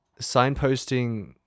signposting